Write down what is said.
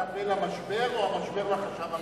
החשב המלווה למשבר או המשבר לחשב המלווה.